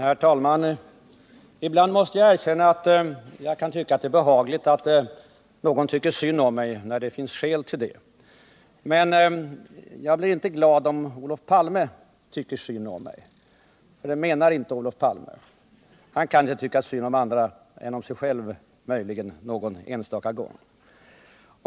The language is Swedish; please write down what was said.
Herr talman! Jag måste erkänna att jag ibland kan tycka att det är behagligt om någon tycker synd om mig, när det finns skäl till det. Men jag blir inte glad om Olof Palme säger att han tycker synd om mig, för det menar inte Olof Palme. Han kan inte tycka synd om andra — möjligen kan han tycka synd om sig själv någon enstaka gång.